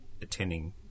attending